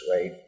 right